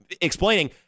explaining